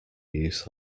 use